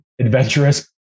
adventurous